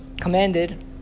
commanded